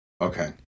Okay